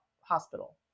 hospital